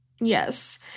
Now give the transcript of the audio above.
Yes